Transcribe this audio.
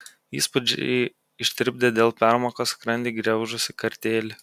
įspūdžiai ištirpdė dėl permokos skrandį griaužusį kartėlį